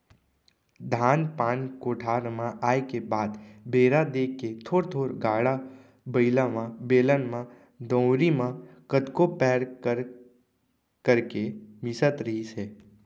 धान पान कोठार म आए के बाद बेरा देख के थोर थोर गाड़ा बइला म, बेलन म, दउंरी म कतको पैर कर करके मिसत रहिस हे